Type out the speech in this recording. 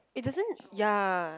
it doesn't ya